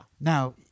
Now—